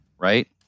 right